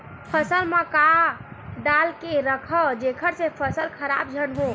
फसल म का डाल के रखव जेखर से फसल खराब झन हो?